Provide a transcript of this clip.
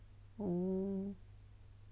oh